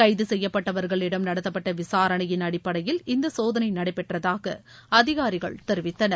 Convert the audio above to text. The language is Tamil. கைது செய்யப்பட்டவர்களிடம் நடத்தப்பட்ட விசாரணையின் அடிப்படையில் இந்த சோதனை நடைபெற்றதாக அதிகாரிகள் தெரிவித்தனர்